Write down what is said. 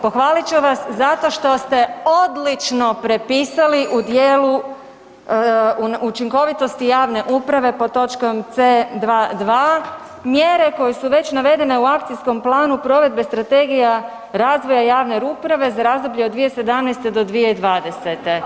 Pohvalit ću vas zato što ste odlično prepisali u djelu učinkovitosti javne uprave pod točkom C2.2., mjere koje su već navedene u Akcijskom planu provedbe Strategije razvoja javne uprave za razdoblje od 2017. do 2020.